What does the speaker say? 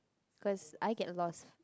cause I get lost